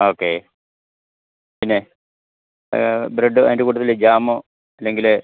ആ ഓക്കേ പിന്നെ ബ്രെഡ്ഡ് അതിൻ്റെ കൂട്ടത്തില് ജാമോ അല്ലെങ്കില്